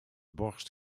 borst